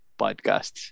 podcasts